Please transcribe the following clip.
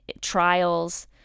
trials